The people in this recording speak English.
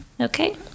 Okay